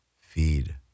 feed